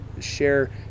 share